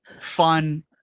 fun